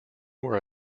were